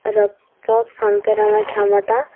ରକ୍ତ ସନ୍ତରଣ କ୍ଷମତା